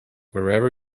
wherever